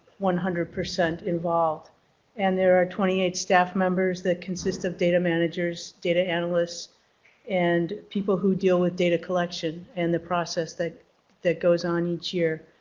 one hundred percent involved and there are twenty eight staff members that consist of data managers data analysts and people who deal with data collection and the process that that goes on each year.